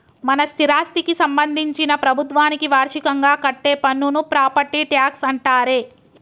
మన స్థిరాస్థికి సంబందించిన ప్రభుత్వానికి వార్షికంగా కట్టే పన్నును ప్రాపట్టి ట్యాక్స్ అంటారే